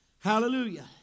Hallelujah